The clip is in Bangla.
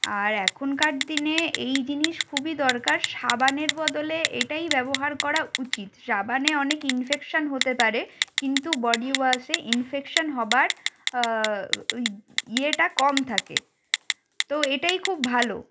আর এখনকার দিনে এই জিনিস খুবই দরকার সাবানের বদলে এটাই ব্যবহার করা উচিত সাবানে অনেক ইনফেকশান হতে পারে কিন্তু বডি ওয়াশে ইনফেকশান হওয়ার ইয়েটা কম থাকে তো এটাই খুব ভালো